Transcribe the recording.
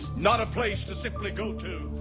not a place to simply go to.